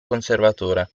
conservatore